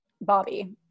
bobby